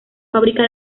fábrica